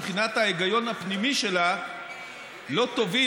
מבחינת ההיגיון הפנימי שלה לא תוביל,